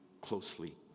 closely